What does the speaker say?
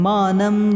Manam